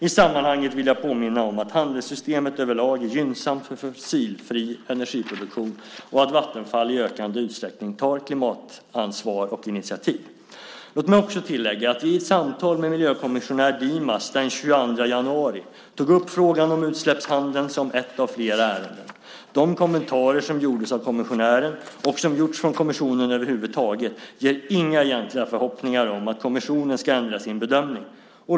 I sammanhanget vill jag påminna om att handelssystemet överlag är gynnsamt för fossilfri energiproduktion och att Vattenfall i ökande utsträckning tar klimatansvar och klimatinitiativ. Låt mig också tillägga att jag i ett samtal med miljökommissionär Dimas den 22 januari tog upp frågan om utsläppshandeln som ett av flera ärenden. De kommentarer som gjordes av kommissionären, och som gjorts från kommissionen över huvud taget, ger inga egentliga förhoppningar om att kommissionen ska ändra sin bedömning.